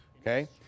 okay